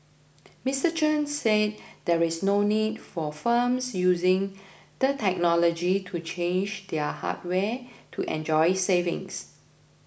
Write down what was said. Mr Chen said there is no need for firms using the technology to change their hardware to enjoy savings